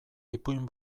ipuin